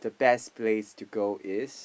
the best place to go is